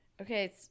Okay